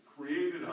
created